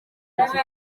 muntu